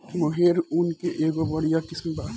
मोहेर ऊन के एगो बढ़िया किस्म बा